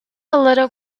little